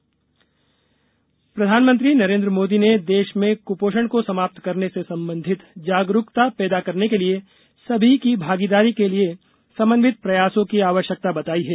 पोषण अभियान प्रधानमंत्री नरेन्द्र मोदी ने देश में कुपोषण को समाप्त करने से संबंधित जागरूकता पैदा करने के लिए सभी की भागीदारी के लिए समन्यित प्रयासों की आवश्यकता बताई है